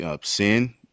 sin